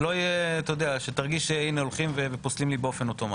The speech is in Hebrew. שלא תרגיש שפוסלים באופן אוטומטי.